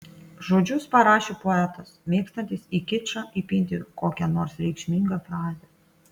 žodžius parašė poetas mėgstantis į kičą įpinti kokią nors reikšmingą frazę